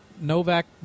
Novak